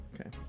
Okay